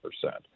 percent